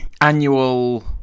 annual